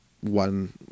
one